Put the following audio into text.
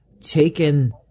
taken